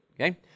okay